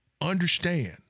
understand